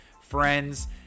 friends